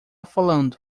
falando